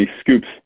scoops